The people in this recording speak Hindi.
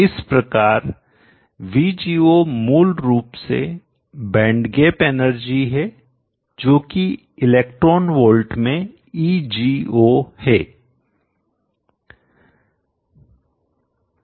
इस प्रकार VGO मूल रूप से बैंड गैप एनर्जी है जो कि इलेक्ट्रॉन वोल्ट में EGO है